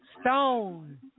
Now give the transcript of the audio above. Stone